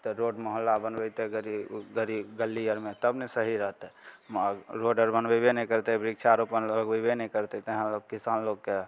तऽ रोड मुहल्ला बनबेतय गली गली गली आरमे तब ने सही रहतय महग रोड आर बनबे नहि करतय वृक्षारोपण लोग बुझबे नहि करतय तऽ इहाँ लोग किसान लोकके